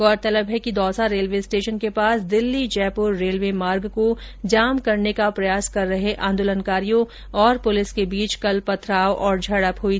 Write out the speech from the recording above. गौरतलब है कि दौसा रेलवे स्टेशन के पास दिल्ली जयपुर रेलवे मार्ग को जाम करने का प्रयास कर रहे आंदोलनकारियों और पुलिस के बीच कल पथराव और झड़प हुई